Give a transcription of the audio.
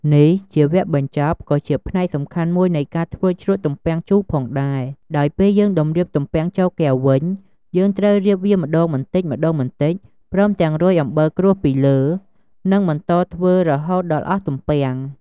នេះជាវគ្គបញ្ចប់ ក៏ជាផ្នែកសំខាន់មួយនៃការធ្វើជ្រក់ទំពាំងជូរផងដែរ ដោយពេលយើងតម្រៀបទំពាំងចូលកែវវិញ យើងត្រូវរៀបវាម្ដងបន្តិចៗ ព្រមទាំងរោយអំបិលក្រួសពីលើ និងបន្តធ្វើរហូតដល់អស់ទំពាំង។